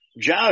Joe